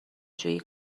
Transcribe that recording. جویی